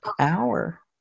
hour